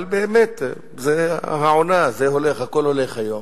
אבל באמת, זו העונה, זה הולך, הכול הולך היום.